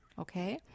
Okay